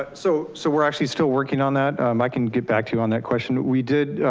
but so so we're actually still working on that, um i can get back to you on that question, we did,